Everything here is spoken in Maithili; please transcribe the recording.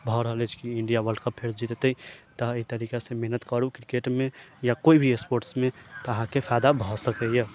भऽ रहल अछि की इंडिया वर्ल्ड कप फेर जीततै तऽ एहि तरीकासँ मेहनत करू क्रिकेटमे या कोइ भी स्पोर्ट्समे तऽ अहाँके फायदा भऽ सकैए